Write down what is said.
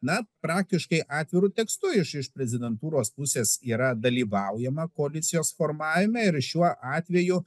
na praktiškai atviru tekstu iš iš prezidentūros pusės yra dalyvaujama koalicijos formavime ir šiuo atveju